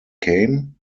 came